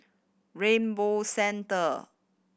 Rainbow Centre